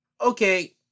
Okay